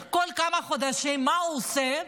מה הוא עושה?